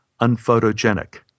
unphotogenic